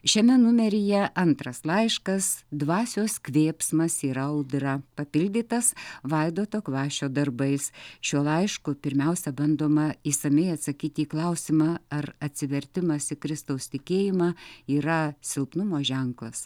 šiame numeryje antras laiškas dvasios kvėpsmas yra audra papildytas vaidoto kvašio darbais šiuo laišku pirmiausia bandoma išsamiai atsakyti į klausimą ar atsivertimas į kristaus tikėjimą yra silpnumo ženklas